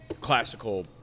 classical